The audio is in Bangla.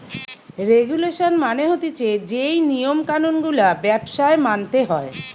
রেগুলেশন মানে হতিছে যেই নিয়ম কানুন গুলা ব্যবসায় মানতে হয়